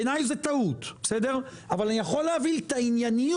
בעיניי זו טעות אבל אני יכול להבין את הענייניות,